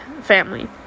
family